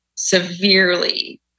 Severely